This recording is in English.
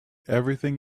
everything